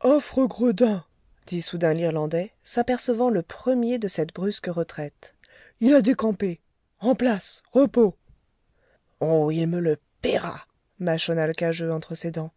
affreux gredin dit soudain l'irlandais s'apercevant le premier de cette brusque retraite il a décampé en place repos oh il me le paiera mâchonna l'cageux entre ses dents